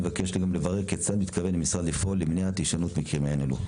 נבקש לברר כיצד מתכוון המשרד לפעול למניעת הישנות מקרים אלה.